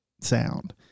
sound